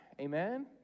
Amen